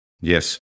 Yes